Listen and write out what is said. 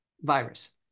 virus